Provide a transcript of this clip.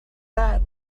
that